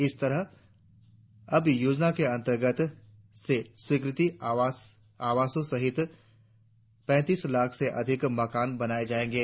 इस तरह अब योजना के अंतर्गत से स्वीकृत आवासों सहित पैंसठ लाख से अधिक मकान बनाए जाएंगे